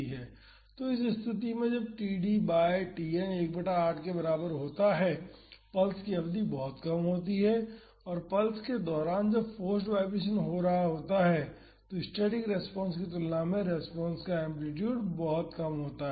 तो इस स्तिथि में जब td बाई Tn 1 बटा 8 के बराबर होता है पल्स की अवधि बहुत कम होती है और पल्स के दौरान जब फोर्स्ड वाईब्रेशन हो रहा होता है तो स्टैटिक रेस्पॉन्स की तुलना में रेस्पॉन्स का एम्पलीटूड बहुत कम होता है